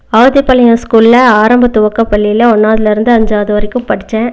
ஆவத்திபாளையம் ஸ்கூலில் ஆரம்ப துவக்க பள்ளியில் ஒன்னாவதில் இருந்து அஞ்சாவது வரைக்கும் படிச்சேன்